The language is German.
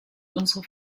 unsere